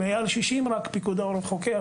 רק מעל 60 פיקוד העורף חוקר,